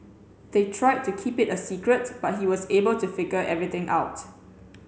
they tried to keep it a secret but he was able to figure everything out